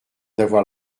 d’avoir